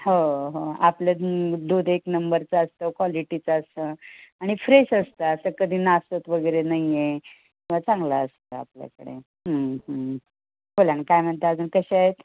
हो हो आपलं दूध एक नंबरचं असतं कॉलिटीचं असतं आणि फ्रेश असतं असं कधी नासत वगैरे नाही आहे किंवा चांगलं असतं आपल्याकडे बोलाना काय म्हणत आहे अजून कसे आहेत